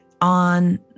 on